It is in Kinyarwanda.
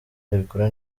abikora